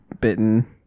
bitten